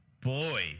Boy